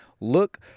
look